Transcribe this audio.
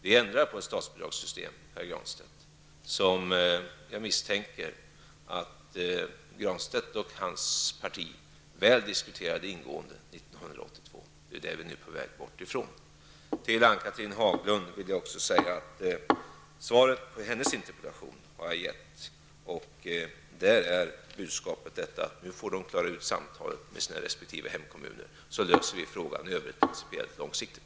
Vi ändrar på det statsbidrag, som jag misstänker att Pär Granstedt och hans parti ingående diskuterade år 1982. Det är vi nu på väg bort ifrån. Jag har gett svar på Ann-Cathrine Haglunds interpellation. Budskapet är att de får klara ut samtalen med sina resp. hemkommuner, så löser vi frågan i övrigt principiellt och långsiktigt.